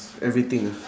everything ah